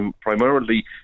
primarily